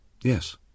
Yes